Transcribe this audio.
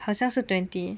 好像是 twenty